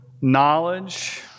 knowledge